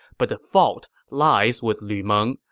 but the fault lies with lu meng,